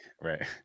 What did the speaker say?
right